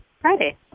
Friday